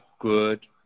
good